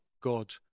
god